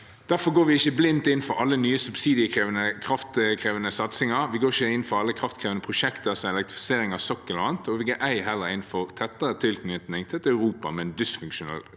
Derfor går vi ikke blindt inn for alle nye subsidiekrevende og kraftkrevende satsinger. Vi går ikke inn for alle kraftkrevende prosjekter, som elektrifisering av sokkelen o.a., og vi går ei heller inn for tettere tilknytning til et Europa med en dysfunksjonell